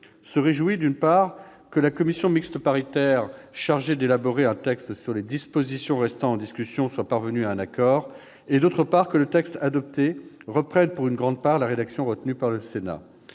se réjouit, d'une part, que la commission mixte paritaire chargée d'élaborer un texte sur les dispositions restant en discussion soit parvenue à un accord, et, d'autre part, que le texte adopté reprenne, pour une grande part, la rédaction retenue par le Sénat.